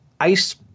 ice